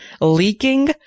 leaking